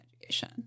education